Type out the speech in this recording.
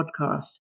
podcast